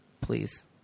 Please